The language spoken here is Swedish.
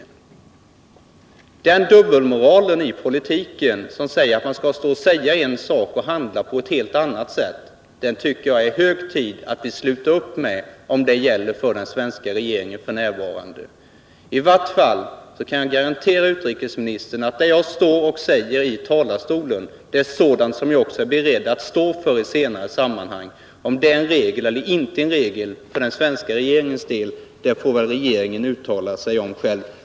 Jag tycker att det är hög tid att sluta upp med den dubbelmoral i politiken som innebär att man skall stå och säga en sak och handla på ett helt annat sätt, om den nu gäller för den svenska regeringen f. n. I varje fall kan jag garantera utrikesministern att det som jag står och säger i talarstolen är sådant som jag också är beredd att stå för senare. Om det är en regel eller ej för den svenska regeringens del får väl regeringen uttala sig om själv.